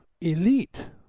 elite